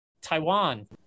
Taiwan